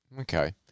Okay